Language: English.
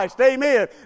Amen